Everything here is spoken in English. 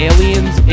Aliens